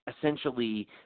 essentially